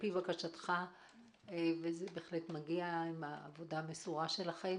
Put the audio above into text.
לפי בקשתך - וזה בהחלט מגיע עם העבודה המסורה שלכם